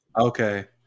Okay